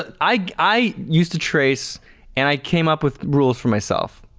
i i used to trace and i came up with rules for myself,